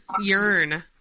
yearn